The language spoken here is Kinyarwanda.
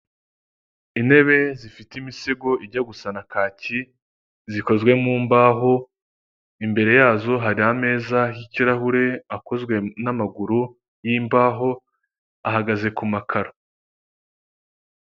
Mariyoti hoteli, ikaba ari ahantu heza hari amafu kuko hateye ibiti bizana akayaga; hakaba hari ubusitani bwiza cyane bunogeye ijisho, buri muntu wese wifuza kuyiraramo ataha anyuzwe.